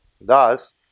Thus